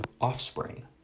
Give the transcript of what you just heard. offspring